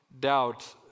doubt